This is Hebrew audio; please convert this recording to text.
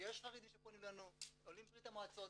יש חרדים שפונים אלינו, עולים מברית המועצות,